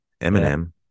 Eminem